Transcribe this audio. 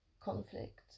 conflict